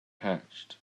hatched